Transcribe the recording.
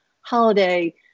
holiday